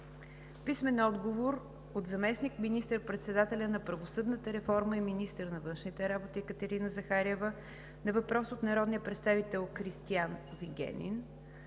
Жаблянов; - заместник министър-председателя на правосъдната реформа и министър на външните работи Екатерина Захариева на въпрос от народния представител Кристиан Вигенин;